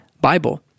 Bible